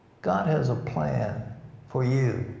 god has a plan for you.